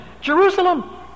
Jerusalem